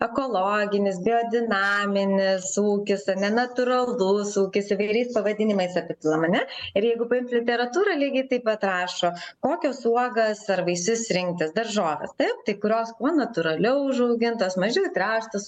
ekologinis biodinaminis ūkis ar ne natūralus ūkis įvairiais pavadinimais apipilam ar ne ir jeigu paimt literatūrą lygiai taip pat rašo kokias uogas ar vaisius rinktis daržoves taip tai kurios kuo natūraliau užaugintos mažiau įtręštos